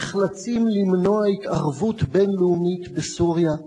נחלצים למנוע התערבות בין-לאומית בסוריה.